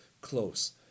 close